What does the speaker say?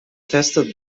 tested